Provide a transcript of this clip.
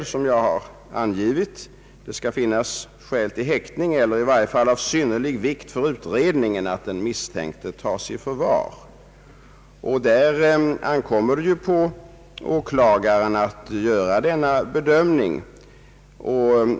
Det skall finnas skäl till häktning eller i varje fall skäl av synnerlig vikt för utredningen för att den misstänkte skall tas i förvar. Där ankommer det ju på åklagaren att göra bedömningen.